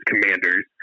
commanders